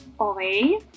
Okay